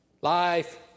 Life